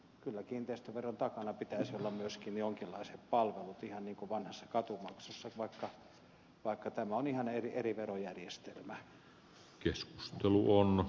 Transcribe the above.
kyllä kiinteistöveron takana pitäisi olla myöskin jonkinlaiset palvelut ihan niin kuin vanhassa katumaksussa vaikka tämä on ihan eri verojärjestelmä